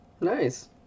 Nice